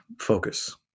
focus